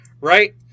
right